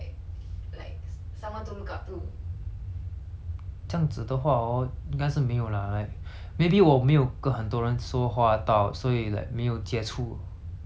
这样子的话 hor 应该是没有 lah like maybe 我没有跟很多人说话到所以 like 没有接触那些很让我觉得很 role model 的人 lor